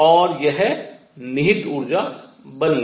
और यह निहित ऊर्जा बन गया